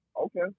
Okay